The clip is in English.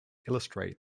illustrate